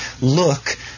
Look